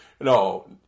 No